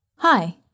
Hi